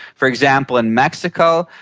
for example, in mexico,